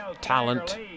talent